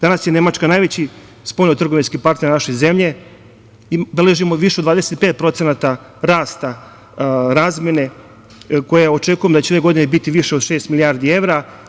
Danas je Nemačka najveći spoljno-trgovinski partner naše zemlje i beležimo više od 25% rasta razmene, koja očekujem da će ove godine biti više od šest milijardi evra.